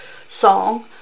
song